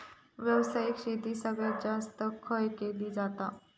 व्यावसायिक शेती सगळ्यात जास्त खय केली जाता?